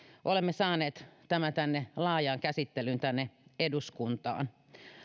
olemme saaneet tämän laajaan käsittelyyn tänne eduskuntaan